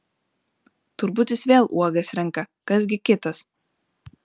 turbūt jis vėl uogas renka kas gi kitas